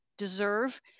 deserve